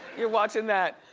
you're watching that.